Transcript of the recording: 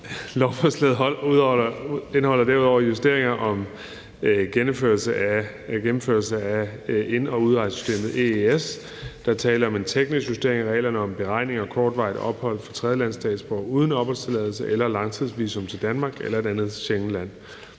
Lovforslaget indeholder derudover justeringer om en gennemførelse af ind- og udrejsesystemet EES. Der er tale om en teknisk justering af reglerne om en beregning af kortvarige ophold for tredjelandsstatsborgere uden opholdstilladelse eller langtidsvisum til Danmark eller et andet Schengenland.